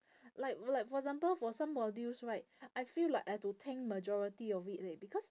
like like for example for some modules right I feel like I have to tank majority of it leh because